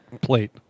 plate